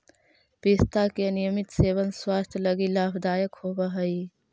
पिस्ता के नियमित सेवन स्वास्थ्य लगी लाभदायक होवऽ हई